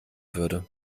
würde